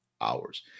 hours